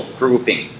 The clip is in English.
grouping